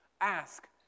ask